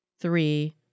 three